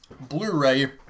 blu-ray